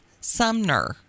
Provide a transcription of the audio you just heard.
Sumner